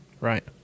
Right